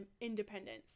independence